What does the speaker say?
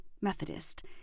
Methodist